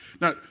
Now